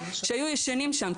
שפשוט היו ישנים שם,